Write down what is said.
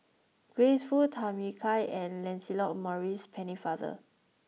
Grace Fu Tham Yui Kai and Lancelot Maurice Pennefather